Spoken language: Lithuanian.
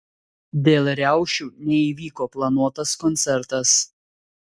dėl riaušių neįvyko planuotas koncertas